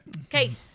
Okay